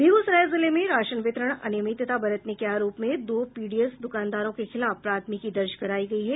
बेगूसराय जिले में राशन वितरण अनियमितता बरतने के आरोप में दो पीडीएस द्रकानदारों के खिलाफ प्राथमिकी दर्ज करायी गयी है